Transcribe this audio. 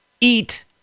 eat